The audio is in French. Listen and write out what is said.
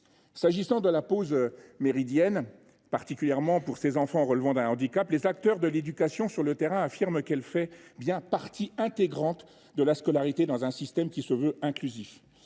qui concerne la pause méridienne, particulièrement pour ces enfants qui ont un handicap, les acteurs de l’éducation sur le terrain affirment qu’elle fait bien partie intégrante de la scolarité dans un système qui se veut inclusif.